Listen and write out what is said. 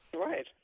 Right